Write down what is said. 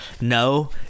No